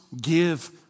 give